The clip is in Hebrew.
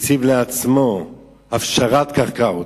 את הפשרת הקרקעות.